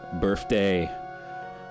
birthday